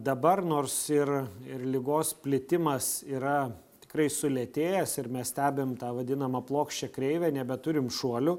dabar nors ir ir ligos plitimas yra tikrai sulėtėjęs ir mes stebim tą vadinamą plokščią kreivę nebeturim šuolių